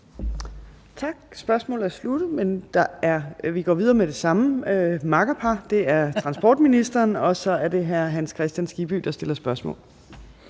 Tak. Spørgsmålet er sluttet. Men vi går videre med det samme makkerpar, nemlig transportministeren og hr. Hans Kristian Skibby, som stiller spørgsmål.